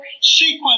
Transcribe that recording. sequence